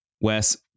Wes